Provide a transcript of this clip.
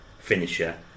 finisher